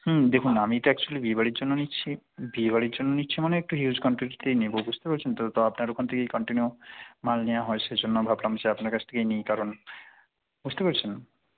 দেখুন আমি তো অ্যাকচ্যুযালি বিয়ে বাড়ির জন্য নিচ্ছি বিয়ে বাড়ির জন্য নিচ্ছি মানে একটু হিউজ কোয়ান্টিটিতেই নেবো বুঝতে পেরেছেন তো তো আপনার ওখান থেকেই কন্টিনিউ মাল নেওয়া হয় সেই জন্য ভাবলাম যে আপনার কাছ থেকেই নিই কারণ বুঝতে পেরেছেন